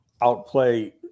outplay